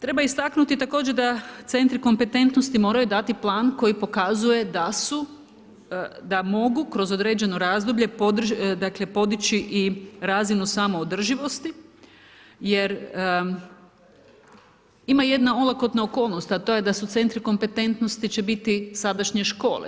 Treba istaknuti također da centri kompetentnosti moraju dati plan koji pokazuje da mogu kroz određeno razdoblje podići i razinu samoodrživosti jer ima jedna olakotna okolnost, a to je da su centri kompetentnosti će biti sadašnje škole.